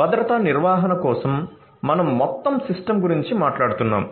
భద్రతా నిర్వహణ కోసం మనం మొత్తం సిస్టమ్ గురించి మాట్లాడుతున్నాము